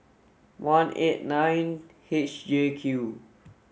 one eight nine H J Q